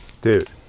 Dude